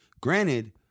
Granted